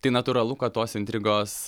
tai natūralu kad tos intrigos